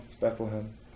Bethlehem